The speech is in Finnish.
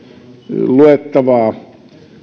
luettavaa